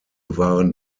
waren